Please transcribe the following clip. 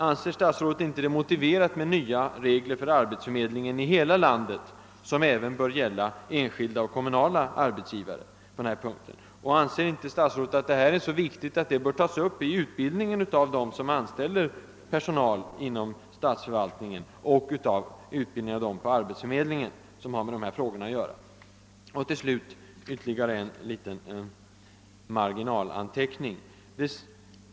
Anser inte statsrådet att det behövs nya regler för arbetsförmedlingen i hela landet, vilka även bör gälla enskilda och kommunala arbetsgivare i det aktuella avseendet? Anser statsrådet vidare inte att denna fråga är så viktig att den bör tas upp i utbildningen av dem som anställer personal till statsförvaltningen, och av dem som ägnar sig åt dessa frågor på arbetsförmedlingarna? Till slut ytterligare en liten randanmärkning.